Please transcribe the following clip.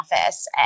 office